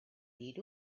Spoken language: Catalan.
dir